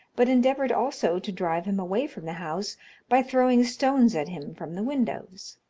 but endeavoured also to drive him away from the house by throwing stones at him from the windows.